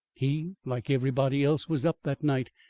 he like everybody else was up that night,